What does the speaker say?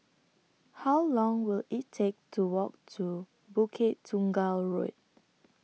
How Long Will IT Take to Walk to Bukit Tunggal Road